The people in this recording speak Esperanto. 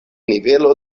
nivelo